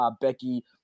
Becky